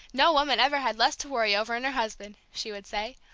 no woman ever had less to worry over in her husband! she would say,